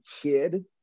kid